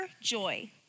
joy